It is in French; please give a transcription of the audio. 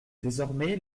désormais